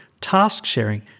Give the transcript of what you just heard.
task-sharing